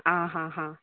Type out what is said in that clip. आं हा हा